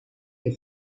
que